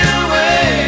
away